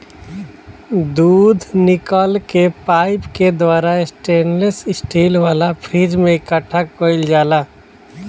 दूध निकल के पाइप के द्वारा स्टेनलेस स्टील वाला फ्रिज में इकठ्ठा कईल जाला